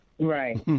Right